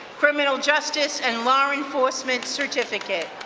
criminal justice and law enforcement certificate.